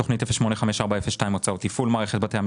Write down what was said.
תוכנית 0854/02 הוצאות תפעול מערכת בתי המשפט.